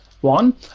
One